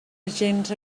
agents